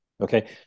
Okay